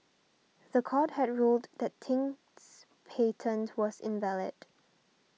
the court had ruled that Ting's patent was invalid